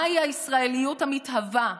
מהי הישראליות המתהווה,